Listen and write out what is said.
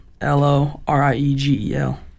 l-o-r-i-e-g-e-l